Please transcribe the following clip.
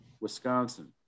Wisconsin